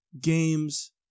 games